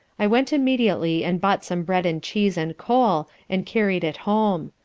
i went immediately and bought some bread and cheese and coal and carried it home.